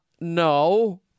No